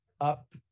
up